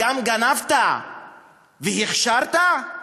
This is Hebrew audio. הגנבת וגם הכשרת?